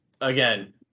again